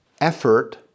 effort